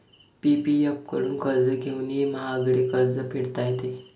PPF कडून कर्ज घेऊनही महागडे कर्ज फेडता येते